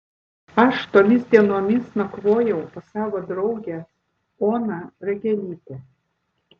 aš tomis dienomis nakvojau pas savo draugę oną ragelytę